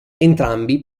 entrambi